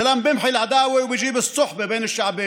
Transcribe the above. השלום הוא הבסיס ליחסים בין אנשים,